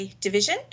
division